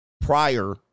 prior